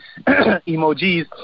emojis